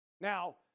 Now